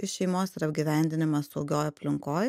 iš šeimos ir apgyvendinimas saugioj aplinkoj